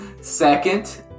second